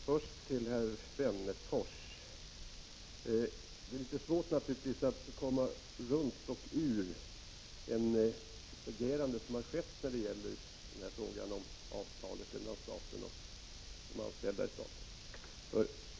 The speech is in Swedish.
Fru talman! Först till herr Wennerfors: Det är naturligtvis svårt att komma runt det agerande som har skett när det gäller avtalet mellan staten och de anställda i staten.